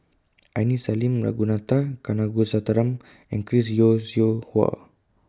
Aini Salim Ragunathar Kanagasuntheram and Chris Yeo Siew Hua